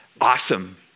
awesome